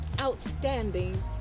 outstanding